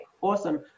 Awesome